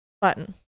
Button